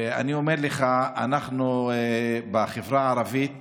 אני אומר לך, אנחנו בחברה הערבית